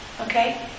okay